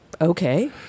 okay